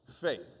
faith